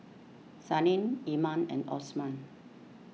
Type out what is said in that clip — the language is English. Senin Iman and Osman